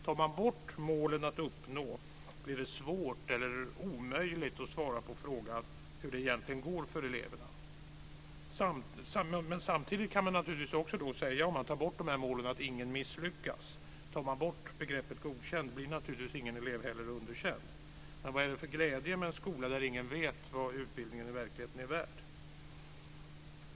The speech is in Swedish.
Tar man bort målen att uppnå blir det svårt eller omöjligt att svara på frågan hur det egentligen går för eleverna. Men samtidigt kan man naturligtvis också säga att ingen misslyckas om man tar bort de här målen. Tar man bort begreppet godkänd blir naturligtvis ingen elev heller underkänd. Men vad är det för glädje med en skola där ingen vet vad utbildningen i verkligheten är värd?